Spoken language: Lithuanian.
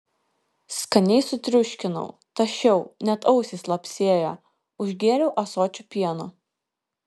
skaniai sutriuškinau tašiau net ausys lapsėjo užgėriau ąsočiu pieno